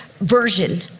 version